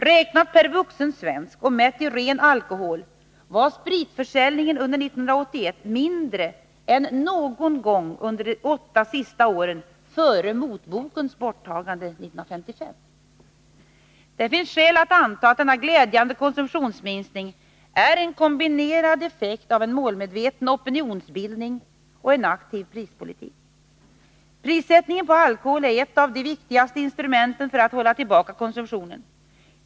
Räknat per vuxen svensk och mätt i ren alkohol var spritförsäljningen under 1981 mindre än någon gång under de åtta sista åren före motbokens borttagande 1955. Det finns skäl att anta att denna glädjande konsumtionsminskning är en kombinerad effekt av en målmedveten opinionsbildning och en aktiv prispolitik. Prissättningen på alkohol är ett av de viktigaste instrumenten för att hålla tillbaka konsumtionen.